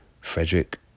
Frederick